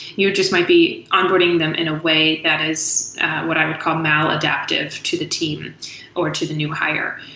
you just might be onboarding them in a way that is what i would call maladaptive to the team or to the new hire.